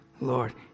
Lord